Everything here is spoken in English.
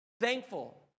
Thankful